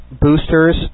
boosters